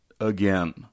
Again